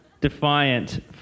Defiant